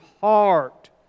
heart